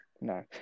No